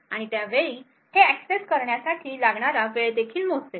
आणि त्या वेळी हे एक्सेस करण्यासाठी लागणारा वेळ देखील मोजेल